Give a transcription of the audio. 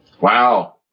Wow